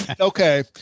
Okay